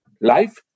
life